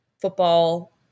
football